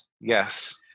yes